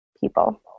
people